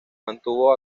mantuvo